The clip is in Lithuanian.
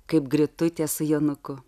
kaip gretutė su jonuku